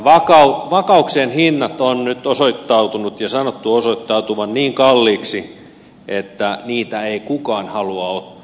näiden vakauksien hinnat ovat nyt osoittautuneet ja niiden on sanottu osoittautuvan niin kalliiksi että niitä ei kukaan halua ottaa